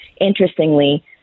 interestingly